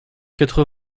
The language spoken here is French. quatre